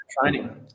training